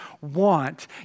want